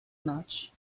much